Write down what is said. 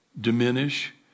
diminish